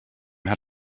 had